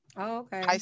okay